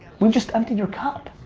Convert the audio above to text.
we just emptied your cup.